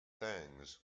things